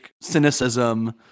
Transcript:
cynicism